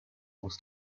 wars